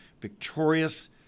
victorious